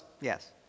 Yes